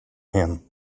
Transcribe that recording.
him